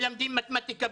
מלמדים מתמטיקה,